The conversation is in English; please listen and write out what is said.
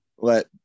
let